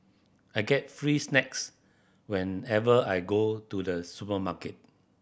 I get free snacks whenever I go to the supermarket